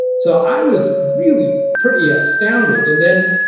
so i was really pretty astounded and then,